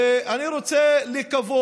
אני רוצה לקוות,